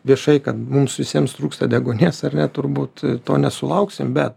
viešai kad mums visiems trūksta deguonies ar ne turbūt to nesulauksim bet